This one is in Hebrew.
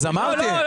לא,